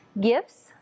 gifts